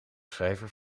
schrijver